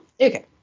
Okay